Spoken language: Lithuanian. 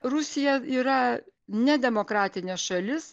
rusija yra nedemokratinė šalis